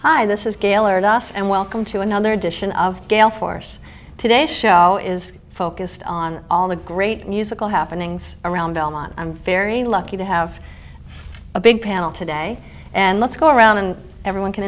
hi this is gaillard us and welcome to another edition of gale force today show is focused on all the great musical happenings around belmont i'm very lucky to have a big panel today and let's go around and everyone can